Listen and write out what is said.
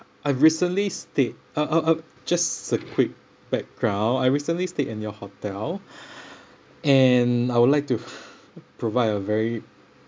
I've recently stayed uh uh uh just a quick background I recently stayed in your hotel and I would like to provide a very